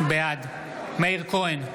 בעד מאיר כהן,